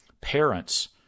parents